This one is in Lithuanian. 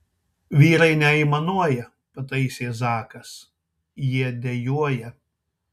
vyrai neaimanuoja pataisė zakas jie dejuoja